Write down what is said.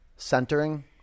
Centering